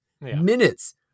Minutes